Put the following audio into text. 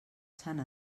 sant